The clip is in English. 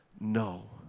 no